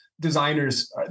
designers